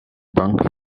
bank